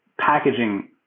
packaging